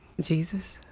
Jesus